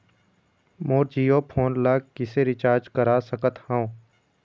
मोर Jio phone ला किसे recharge करा सकत हवं?